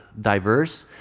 diverse